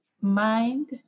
Mind